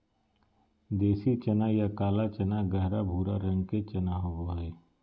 देसी चना या काला चना गहरा भूरा रंग के चना होबो हइ